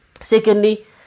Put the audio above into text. Secondly